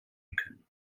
können